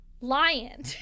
lion